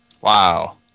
Wow